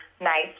nice